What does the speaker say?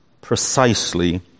precisely